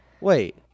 Wait